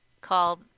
called